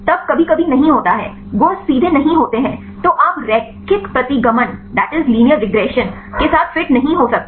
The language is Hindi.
तब कभी कभी नहीं होता है गुण सीधे नहीं होते हैं तो आप रैखिक प्रतिगमन के साथ फिट नहीं हो सकते